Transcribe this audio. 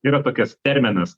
yra tokias terminas